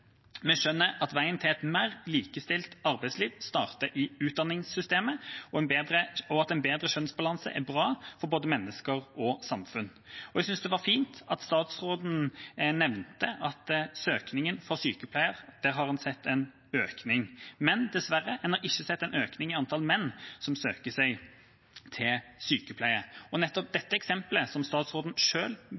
Vi skjønner at veien til et mer likestilt arbeidsliv starter i utdanningssystemet, og at en bedre kjønnsbalanse er bra for både mennesker og samfunn. Jeg syns det var fint at statsråden nevnte at en har sett en økning i søkningen til sykepleie, men en har dessverre ikke sett en økning i antall menn som søker seg til sykepleie. Nettopp dette eksempelet, som statsråden